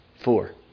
four